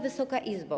Wysoka Izbo!